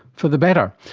for the better.